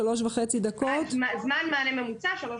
ותקראי אני אבקש שתעבירי התייחסות לוועדה,